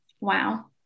Wow